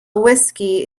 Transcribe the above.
whiskey